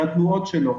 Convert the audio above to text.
לתנועות שלו,